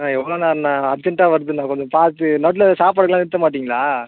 அண்ணே எவ்வளோ நேரம்ணா அர்ஜண்ட்டாக வருதுண்ணே கொஞ்சம் பார்த்து நடுவில் சாப்பாட்டுக்குலாம் நிறுத்த மாட்டீங்களா